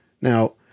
Now